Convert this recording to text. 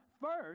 First